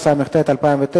חוק פ/1511,